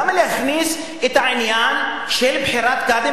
למה להכניס את העניין של בחירת קאדים